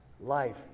life